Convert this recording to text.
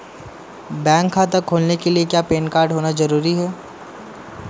Bank खाता खोलने के लिए क्या पैन कार्ड का होना ज़रूरी है?